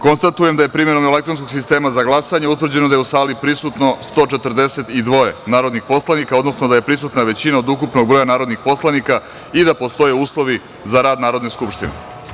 Konstatujem da je primenom elektronskog sistema za glasanje, utvrđeno da su u sali prisutna 142 narodna poslanika, odnosno da je prisutna većina od ukupnog broja narodnih narodnih poslanika i da postoje uslovi za rad Narodne skupštine.